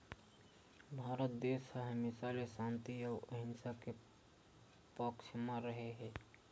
भारत देस ह हमेसा ले सांति अउ अहिंसा के पक्छ म रेहे हे